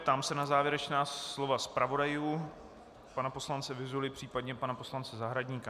Ptám se na závěrečná slova zpravodajů, pana poslance Vyzuly, případně pana poslance Zahradníka.